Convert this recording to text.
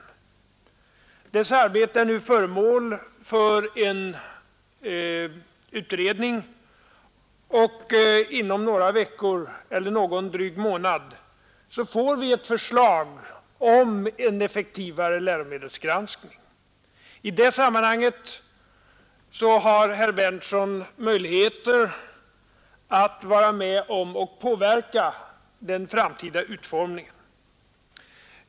Nämndens arbete är nu föremål för en utredning, och inom drygt en månad får vi ett förslag om en effektivare läromedelsgranskning. I det sammanhanget har herr Berndtson möjligheter att påverka den framtida utformningen.